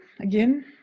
again